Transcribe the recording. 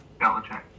Belichick